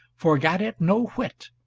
forgat it no whit,